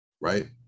right